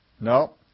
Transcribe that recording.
No